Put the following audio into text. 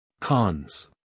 Cons